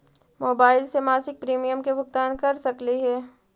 Mobile से मासिक premium के भुगतान कर सकली हे?